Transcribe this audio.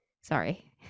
Sorry